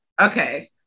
okay